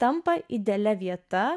tampa idealia vieta